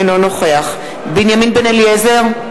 אינו נוכח בנימין בן-אליעזר,